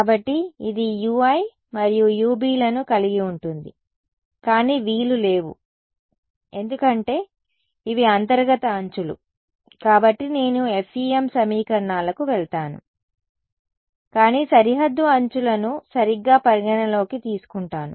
కాబట్టి ఇది ui మరియు ub లను కలిగి ఉంటుంది కానీ v లు లేవు ఎందుకంటే ఇవి అంతర్గత అంచులు కాబట్టి నేను FEM సమీకరణాలకు వెళతాను కానీ సరిహద్దు అంచులను సరిగ్గా పరిగణనలోకి తీసుకుంటాను